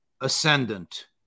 ascendant